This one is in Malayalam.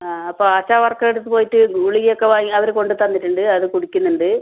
ആ അപ്പോൾ ആശാ വർക്കറുടെ അടുത്ത് പോയിട്ട് ഗുളിക ഒക്കെ വാങ്ങി അവർ കൊണ്ടു തന്നിട്ടുണ്ട് അത് കുടിക്കുന്നുണ്ട്